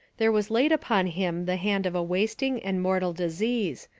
there was laid upon him the hand of a wasting and mortal disease,